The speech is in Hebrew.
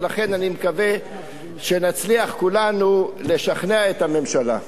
ולכן אני מקווה שנצליח כולנו לשכנע את הממשלה.